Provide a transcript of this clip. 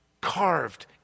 Carved